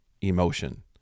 emotion